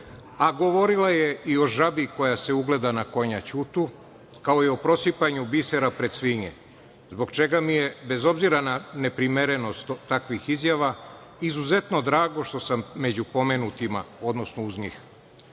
a govorila je i o žabi koja se ugleda na konja Ćutu, kao i o prosipanju bisera pred svinje, zbog čega mi je, bez obzira na neprimernost takvih izjava izuzetno drago što sam među pomenutima, odnosno uz njih. Bilo